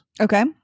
Okay